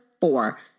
four